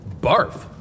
barf